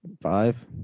five